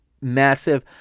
massive